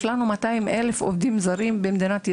יש לנו כ-200 אלף עובדים זרים במדינת ישראל,